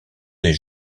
des